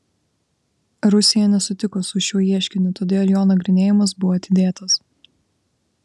rusija nesutiko su šiuo ieškiniu todėl jo nagrinėjimas buvo atidėtas